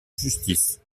justice